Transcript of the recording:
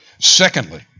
Secondly